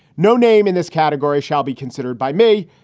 no name in this category shall be considered by me.